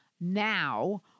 now